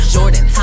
Jordan